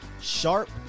sharp